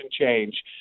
change